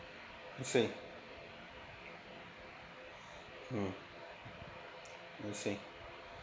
I see mm I see